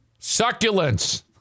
Succulents